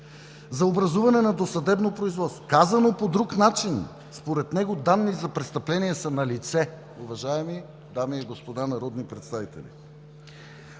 за образуване на досъдебно производство. Казано по друг начин, според него данни за престъпление са налице, уважаеми дами и господа народни представители.